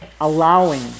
allowing